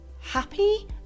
happy